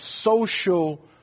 social